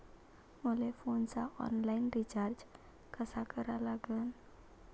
मले फोनचा online recharge कसा करा लागन?